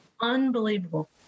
Unbelievable